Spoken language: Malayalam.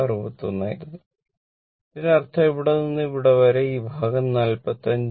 61 ആയിരുന്നു ഇതിനർത്ഥം ഇവിടെ നിന്ന് ഇവിടെ വരെ ഈ ഭാഗം 45 39